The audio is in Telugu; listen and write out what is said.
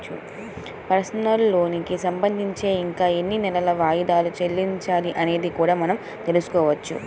పర్సనల్ లోనుకి సంబంధించి ఇంకా ఎన్ని నెలలు వాయిదాలు చెల్లించాలి అనేది కూడా మనం తెల్సుకోవచ్చు